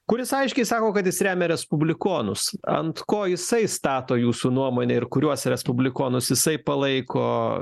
kuris aiškiai sako kad jis remia respublikonus ant ko jisai stato jūsų nuomone ir kuriuos respublikonus jisai palaiko